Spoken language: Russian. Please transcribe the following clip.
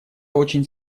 очень